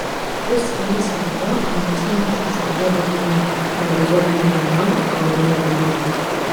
tai skyrėsi nuo to ką mokslininkai pastebėjo vandenyje analizuodami normalų audinio dnr